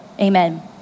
amen